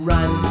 Run